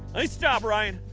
nice job, ryan!